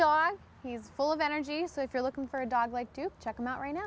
dog he's full of energy so if you're looking for a dog like do check him out right now